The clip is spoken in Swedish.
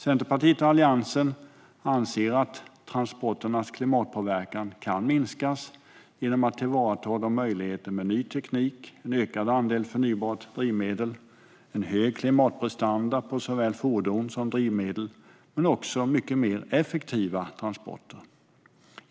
Centerpartiet och Alliansen anser att transporternas klimatpåverkan kan minskas genom att man tillvaratar möjligheterna med ny teknik, genom en ökad andel förnybart drivmedel och genom en hög klimatprestanda på såväl fordon som drivmedel men också genom mycket mer effektiva transporter.